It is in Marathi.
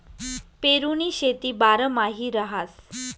पेरुनी शेती बारमाही रहास